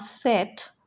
set